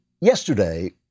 yesterday